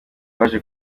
baje